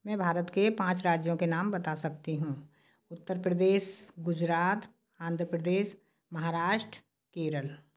मैं भारत के पाँच राज्यों के नाम बता सकती हूँ उत्तर प्रदेश गुजरात आंध्र प्रदेश महाराष्ट्र केरल